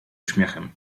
uśmiechem